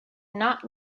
not